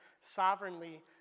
sovereignly